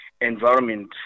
environment